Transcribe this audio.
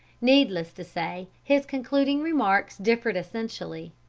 needless to say, his concluding remarks differed essentially.